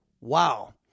Wow